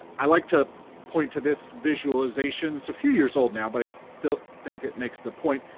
i like to point to this visualization, it's a few years old now, but i still think it makes the point.